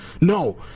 No